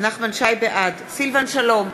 בעד סילבן שלום,